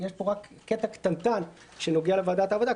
יש פה רק קטע קטנטן שנוגע לוועדת העבודה,